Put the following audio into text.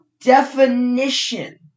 definition